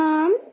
Mom